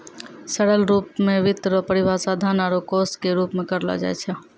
सरल रूप मे वित्त रो परिभाषा धन आरू कोश के रूप मे करलो जाय छै